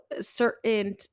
certain